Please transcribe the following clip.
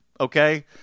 okay